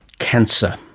cancer,